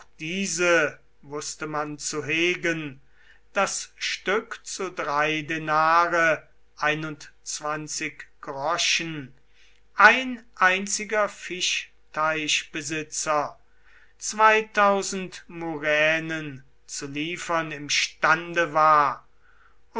diese wußte man zu hegen das stück zu drei denare ein einziger fischteich zwei muränen zu liefern imstande war